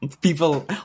People